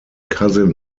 cousin